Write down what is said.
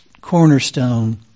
cornerstone